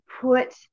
put